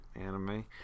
anime